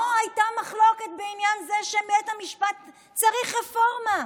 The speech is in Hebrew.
לא הייתה מחלוקת בעניין זה שבית המשפט צריך רפורמה.